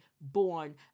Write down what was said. born